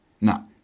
No